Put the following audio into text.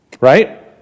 Right